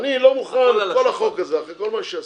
אני לא מוכן את כל החוק הזה, אחרי כל מה שעשינו,